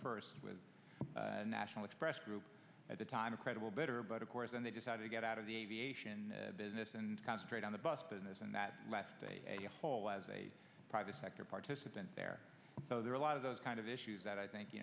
first with a national express group at the time a credible bitter but of course and they decided to get out of the aviation business and concentrate on the bus business and that left a hole as a private sector participant there so there are a lot of those kind of issues that i think you